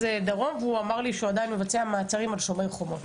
דרום והוא אמר לי שהוא עדיין מבצע מעצרים על שומר חומות,